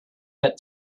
had